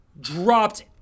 Dropped